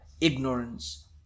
ignorance